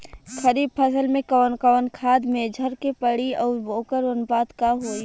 खरीफ फसल में कवन कवन खाद्य मेझर के पड़ी अउर वोकर अनुपात का होई?